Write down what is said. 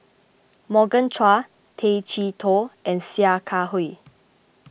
Morgan Chua Tay Chee Toh and Sia Kah Hui